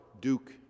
Duke